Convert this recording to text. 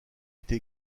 été